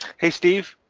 hey, steve.